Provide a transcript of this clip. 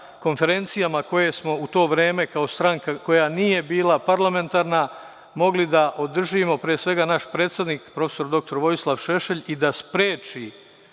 konferencijama koje smo u to vreme kao stranka, koja nije bila parlamentarna mogli da održimo, pre svega naš predsednik prof. dr Vojislav Šešelj i da spreči,